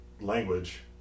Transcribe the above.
language